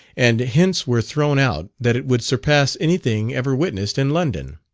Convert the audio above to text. and hints were thrown out that it would surpass anything ever witnessed in london.